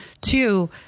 Two